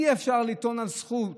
אי-אפשר לטעון לזכות,